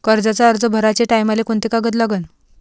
कर्जाचा अर्ज भराचे टायमाले कोंते कागद लागन?